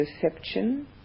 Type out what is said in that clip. perception